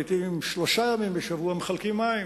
לעתים שלושה ימים בשבוע מחלקים מים.